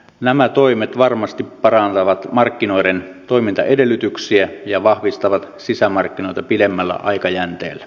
nämä toimet varmasti parantavat markkinoiden toimintaedellytyksiä ja vahvistavat sisämarkkinoita pidemmällä aikajänteellä